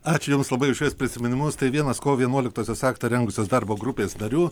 ačiū jums labai už šiuos prisiminimus tai vienas kovo vienuoliktosios aktą rengusios darbo grupės narių